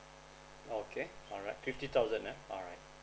okay alright fifty thousand ah alright